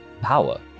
power